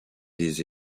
des